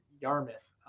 yarmouth